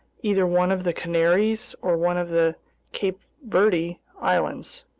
either one of the canaries or one of the cape verde islands.